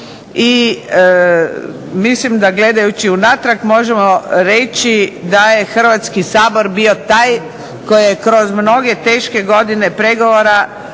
i mislim da gledajući unatrag možemo reći da je Hrvatski sabor bio taj koji je kroz mnoge teške godine pregovora